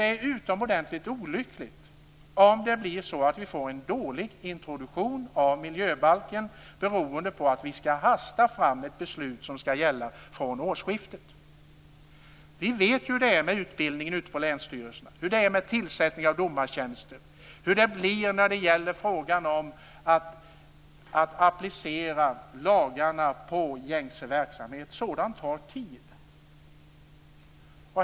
Det är utomordentligt olyckligt om vi får en dålig introduktion av miljöbalken beroende på att vi skall hasta fram ett beslut som skall gälla från årsskiftet. Vi vet hur det är med utbildningen ute på länsstyrelserna, hur det är med tillsättningen av domartjänster och hur det blir när man skall applicera lagarna på gängse verksamhet. Sådant tar tid.